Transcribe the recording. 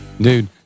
Dude